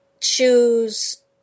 choose